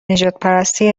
نژادپرستی